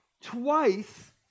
twice